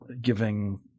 giving